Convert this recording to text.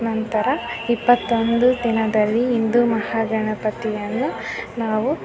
ನಂತರ ಇಪ್ಪತ್ತೊಂದು ದಿನದಲ್ಲಿ ಇಂದು ಮಹಾಗಣಪತಿಯನ್ನು ನಾವು